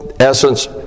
essence